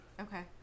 Okay